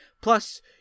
Plus